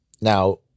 now